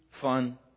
fun